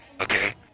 okay